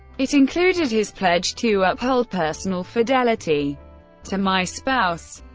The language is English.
it included his pledge to uphold personal fidelity to my spouse.